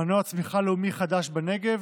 מנוע צמיחה לאומי חדש בנגב,